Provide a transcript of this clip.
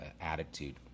attitude